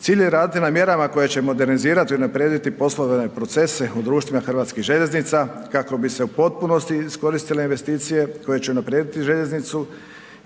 Cilj je raditi na mjerama koje će modernizirati i unaprijediti poslovne procese u društvu HŽ-a kako bi se u potpunosti iskoristile investicije koje će unaprijediti željeznicu